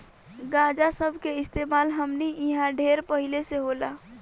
गांजा सब के इस्तेमाल हमनी इन्हा ढेर पहिले से होला